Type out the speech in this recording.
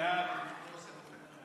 חברת הכנסת נעמה